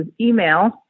email